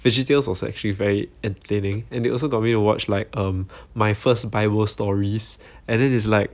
veggietales was actually very entertaining and they also got me to watch like um my first bible stories and then it's like